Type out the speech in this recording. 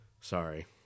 Sorry